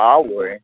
आवोय